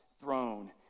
throne